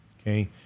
okay